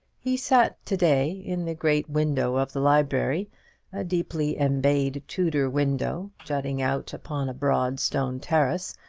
he sat to-day in the great window of the library a deeply-embayed tudor window, jutting out upon a broad stone terrace,